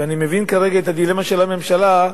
ואני מבין כרגע את הדילמה של הממשלה,